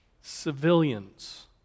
Civilians